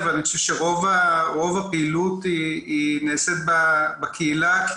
אבל אני חושב שרוב הפעילות נעשית בקהילה כי